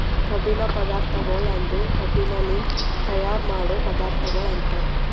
ಕಬ್ಬಿನ ಪದಾರ್ಥಗೊಳ್ ಅಂದುರ್ ಕಬ್ಬಿನಲಿಂತ್ ತೈಯಾರ್ ಮಾಡೋ ಪದಾರ್ಥಗೊಳ್ ಅಂತರ್